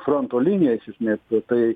fronto linija iš esmės nu tai